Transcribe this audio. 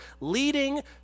leading